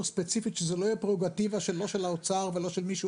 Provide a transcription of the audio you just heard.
ספציפית שזה לא יהיה פררוגטיבה לא של האוצר ולא של מישהו